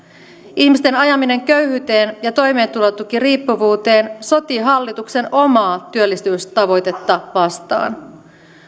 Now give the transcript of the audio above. ihmisten ajaminen köyhyyteen ja toimeentulotukiriippuvuuteen sotii hallituksen omaa työllisyystavoitetta vastaan